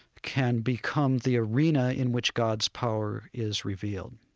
can become the arena in which god's power is revealed